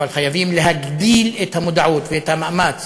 אבל חייבים להגביר את המודעות ואת המאמץ